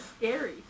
scary